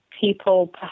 people